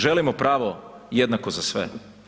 Želimo pravo jednako za sve.